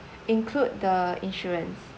include the insurance